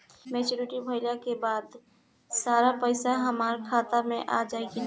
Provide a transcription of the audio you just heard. Maturity भईला के बाद सारा पईसा हमार खाता मे आ जाई न?